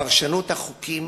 פרשנות החוקים